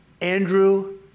Andrew